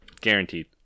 guaranteed